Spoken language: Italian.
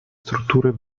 strutture